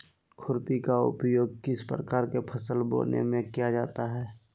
खुरपी का उपयोग किस प्रकार के फसल बोने में किया जाता है?